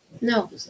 No